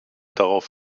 darauf